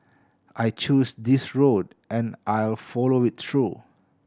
I chose this road and I'll follow it through